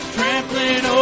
Trampling